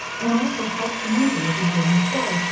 and also, health promotion. as you heard me say,